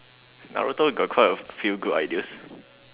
Naruto got quite a few good ideas